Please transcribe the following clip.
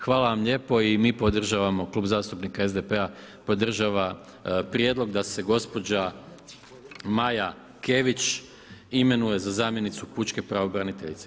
Hvala vam lijepo i mi podržavamo, Klub zastupnika SDP-a podržava prijedlog da se gospođa Maja Kević imenuje za zamjenicu pučke pravobraniteljice.